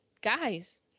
Guys